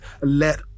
let